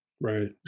Right